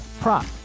prop